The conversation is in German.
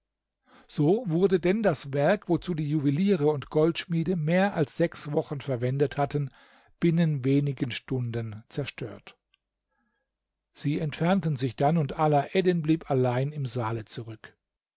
so wurde denn das werk wozu die juweliere und goldschmiede mehr als sechs wochen verwendet hatten binnen wenigen stunden zerstört sie entfernten sich dann und alaeddin blieb allein im saale zurück